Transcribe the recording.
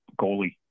goalie